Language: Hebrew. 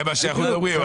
זה מה שאנחנו מדברים.